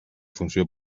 funció